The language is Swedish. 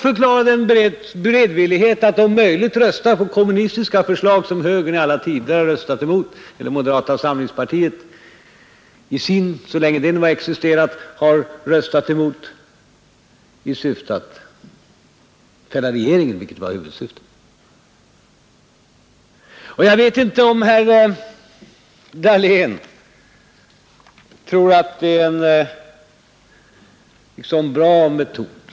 Han redovisade en beredvillighet att om möjligt, i syfte att fälla regeringen — det var huvudsyftet — rösta på kommunistiska förslag som högern i alla tider, liksom moderata samlingspartiet så länge det existerat, röstat emot. Jag vet inte om herr Dahlén tycker att det är någon bra metod.